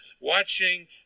watching